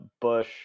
Bush